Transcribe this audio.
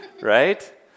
right